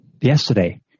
yesterday